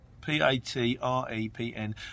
P-A-T-R-E-P-N